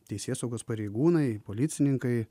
teisėsaugos pareigūnai policininkai